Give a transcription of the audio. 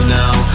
now